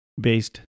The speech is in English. based